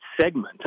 segment